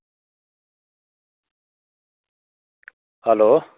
hello